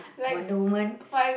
Wonder Woman